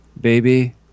baby